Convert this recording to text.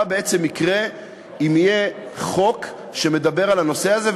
מה בעצם יקרה אם יהיה חוק שמדבר על הנושא הזה,